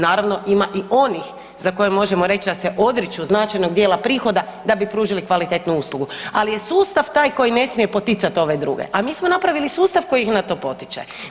Naravno, ima i onih za koje možemo reći da se odriču značajnog dijela prihoda da bi pružili kvalitetnu uslugu, ali je sustav taj koji ne smije poticati ove druge, a mi smo napravili sustav koji ih na to potiče.